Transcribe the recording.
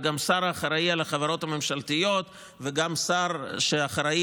וגם השר האחראי לחברות הממשלתיות וגם שר שאחראי